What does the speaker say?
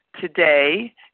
today